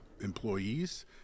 employees